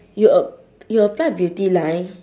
you a~ you applied beauty line